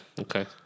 okay